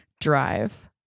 drive